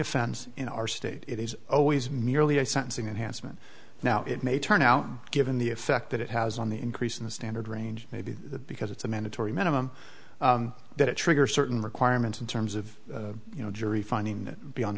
offense in our state it is always merely a sentencing and handsome and now it may turn out given the effect that it has on the increase in the standard range maybe because it's a mandatory minimum that triggers certain requirements in terms of you know jury finding beyond